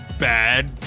Bad